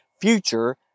future